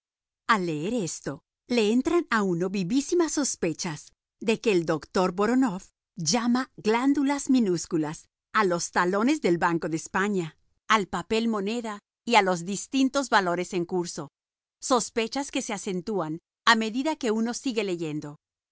al leer esto le entran a uno vivísimas sospechas de que el doctor voronof llama glándulas minúsculas a los talones del banco de españa al papel moneda y a los distintos valores en curso sospechas que se acentúan a medida que uno sigue leyendo